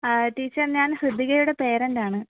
ആ ടീച്ചർ ഞാൻ ഹൃതികയുടെ പേരൻറ് ആണ്